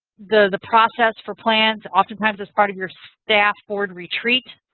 the the process for plans, oftentimes as part of your staff board retreat.